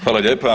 Hvala lijepa.